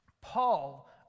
Paul